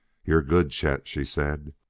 you're good, chet, she said